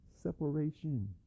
separation